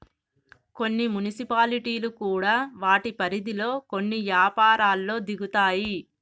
కొన్ని మున్సిపాలిటీలు కూడా వాటి పరిధిలో కొన్ని యపారాల్లో దిగుతాయి